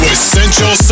Essential